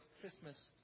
Christmas